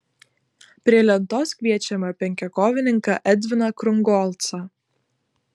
prie lentos kviečiame penkiakovininką edviną krungolcą